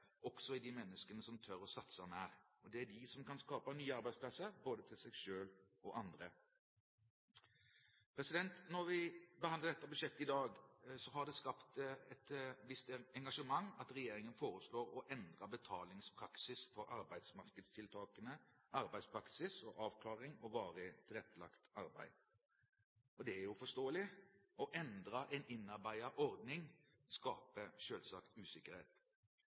også er de menneskene som tør å satse mer. Det er de som kan skape nye arbeidsplasser, både til seg selv og til andre. Ved behandlingen av budsjettet i dag har det skapt et visst engasjement at regjeringen foreslår å endre betalingspraksis for arbeidsmarkedstiltakene arbeidspraksis, avklaring og varig tilrettelagt arbeid. Det er forståelig. Å endre en innarbeidet ordning skaper selvsagt usikkerhet.